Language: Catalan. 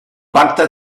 pacte